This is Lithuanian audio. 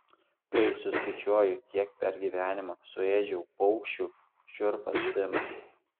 kai suskaičiuoju kiek per gyvenimą suėdžiau paukščių šiurpas ima